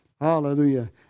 Hallelujah